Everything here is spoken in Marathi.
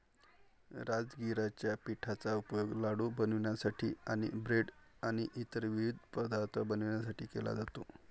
राजगिराच्या पिठाचा उपयोग लाडू बनवण्यासाठी आणि ब्रेड आणि इतर विविध पदार्थ बनवण्यासाठी केला जातो